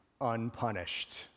unpunished